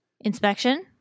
Inspection